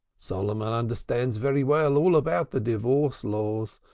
solomon understands very well all about the divorce laws,